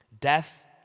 Death